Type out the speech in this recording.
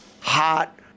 hot